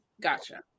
gotcha